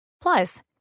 Plus